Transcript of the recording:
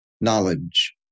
Knowledge